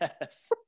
yes